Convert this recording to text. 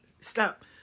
Stop